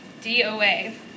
D-O-A